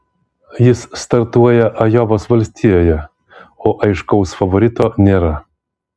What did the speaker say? jis startuoja ajovos valstijoje o aiškaus favorito nėra